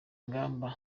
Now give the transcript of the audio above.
ingamba